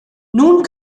nun